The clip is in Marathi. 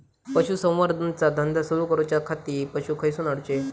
पशुसंवर्धन चा धंदा सुरू करूच्या खाती पशू खईसून हाडूचे?